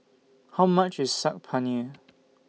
How much IS Saag Paneer